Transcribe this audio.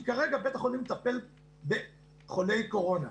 כי כרגע בית החולים מטפל בחולי קורונה.